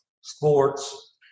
sports